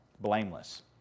blameless